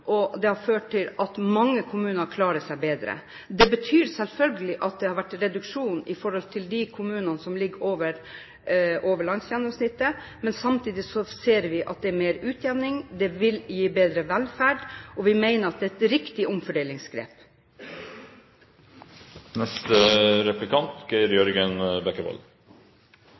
skatten. Det har ført til bedre økonomi i kommunene, og det har ført til at mange kommuner klarer seg bedre. Det betyr selvfølgelig en reduksjon for de kommunene som ligger over landsgjennomsnittet, men samtidig ser vi at det vil bli mer utjevning, det vil gi bedre velferd, og vi mener at det er et riktig omfordelingsgrep.